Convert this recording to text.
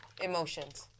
emotions